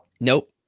Nope